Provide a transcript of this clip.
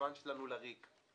הזמן שלנו לריק.